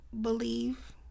believe